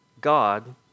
God